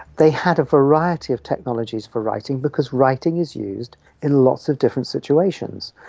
they had a variety of technologies for writing because writing is used in lots of different situations.